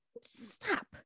stop